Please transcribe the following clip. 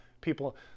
people